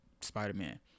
spider-man